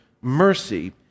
mercy